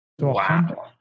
Wow